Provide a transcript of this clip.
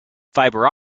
fibre